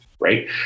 right